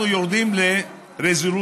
אנחנו יורדים לרזולוציות.